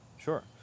sure